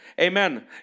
Amen